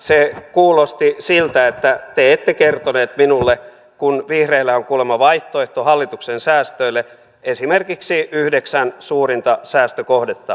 se kuulosti siltä että te ette kertonut minulle kun vihreillä on kuulemma vaihtoehto hallituksen säästöille esimerkiksi yhdeksän suurinta säästökohdetta